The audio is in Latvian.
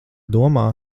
domā